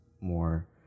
more